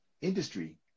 industry